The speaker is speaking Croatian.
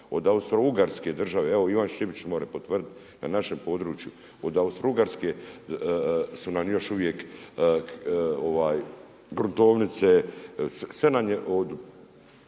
od Austro-Ugarske države, evo Ivan Šipić može potvrditi, na našem području, od Austro-Ugarske su nam još uvijek gruntovnice, sve nam je